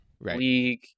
League